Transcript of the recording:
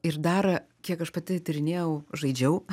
ir dar kiek aš pati tyrinėjau žaidžiau